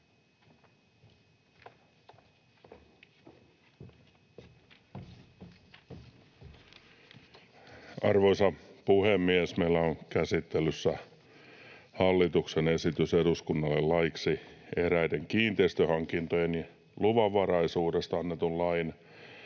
Arvoisa puhemies! Meillä on käsittelyssä hallituksen esitys eduskunnalle laeiksi eräiden kiinteistöhankintojen luvanvaraisuudesta annetun lain,